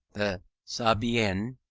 the sabaean,